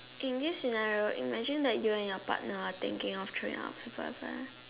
in this scenario imagine that you and your partner are thinking of throwing out a food funfair